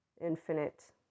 infinite